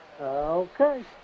Okay